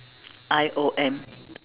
I O M